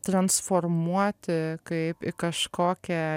transformuoti kaip į kažkokią